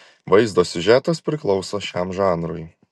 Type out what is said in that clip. vaizdo siužetas priklauso šiam žanrui